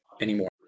anymore